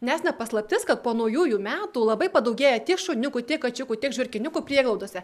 nes ne paslaptis kad po naujųjų metų labai padaugėja tiek šuniukų tiek kačiukų tiek žiurkiukų prieglaudose